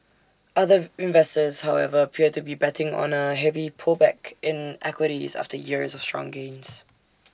other investors however appear to be betting on A heavy pullback in equities after years of strong gains